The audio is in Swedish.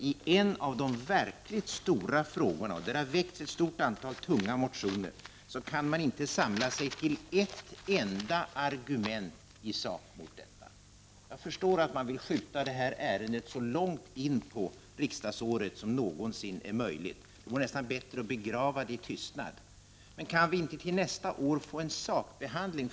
I en av de verkligt stora frågorna, i vilken det väcks ett stort antal tunga motioner, kan man inte samla sig till ett enda argument i sak. Jag förstår att man vill skjuta det här ärendet så långt in på riksdagsåret som någonsin är möjligt. Det vore nästan bättre att begrava det i tystnad. Men kan vi inte till nästa år få en sakbehandling?